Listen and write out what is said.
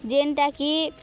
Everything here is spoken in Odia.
ଯେନ୍ଟାକି